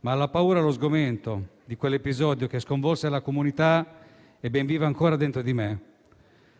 ma la paura e lo sgomento di quell'episodio, che sconvolse la comunità, sono ben vivi ancora dentro di me.